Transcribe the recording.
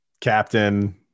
Captain